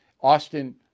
Austin